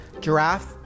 Giraffe